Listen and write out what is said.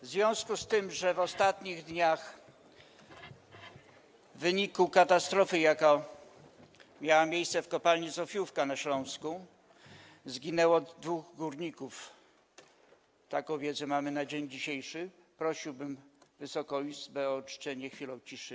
W związku z tym, że w ostatnich dniach w wyniku katastrofy, jaka miała miejsce w kopalni Zofiówka na Śląsku, zginęło dwóch górników - taką wiedzę mamy na dziś - prosiłbym Wysoką Izbę o uczczenie ich chwilą ciszy.